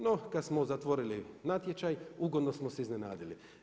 No, kad smo zatvorili natječaj ugodno smo se iznenadili.